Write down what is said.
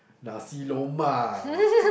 nasi-lemak